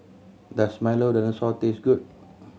does Milo Dinosaur taste good